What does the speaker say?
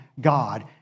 God